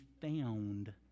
found